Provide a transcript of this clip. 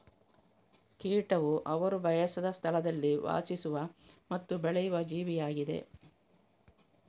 ಕೀಟವು ಅವರು ಬಯಸದ ಸ್ಥಳದಲ್ಲಿ ವಾಸಿಸುವ ಮತ್ತು ಬೆಳೆಯುವ ಜೀವಿಯಾಗಿದೆ